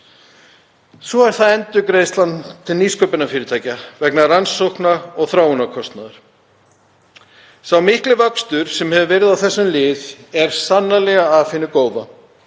Svo er það endurgreiðslan til nýsköpunarfyrirtækja vegna rannsókna- og þróunarkostnaðar. Sá mikli vöxtur sem hefur verið á þessum lið er sannarlega af hinu góða